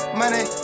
money